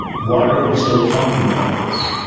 why are we still talking about this?